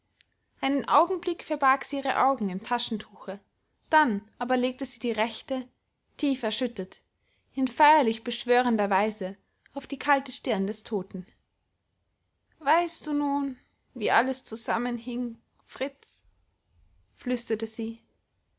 einen augenblick verbarg sie ihre augen im taschentuche dann aber legte sie die rechte tief erschüttert in feierlich beschwörender weise auf die kalte stirn des toten weißt du nun wie alles zusammenhing fritz flüsterte sie